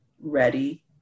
ready